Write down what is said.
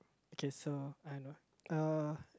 okay so I know uh